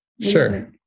Sure